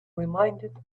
reminded